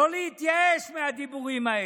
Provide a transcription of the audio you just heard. לא להתייאש מהדיבורים האלה.